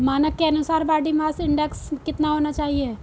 मानक के अनुसार बॉडी मास इंडेक्स कितना होना चाहिए?